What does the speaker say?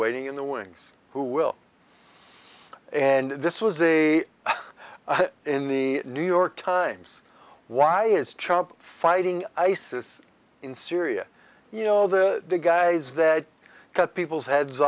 waiting in the wings who will and this was a in the new york times why is chump fighting isis in syria you know the guys that cut people's heads